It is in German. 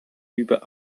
über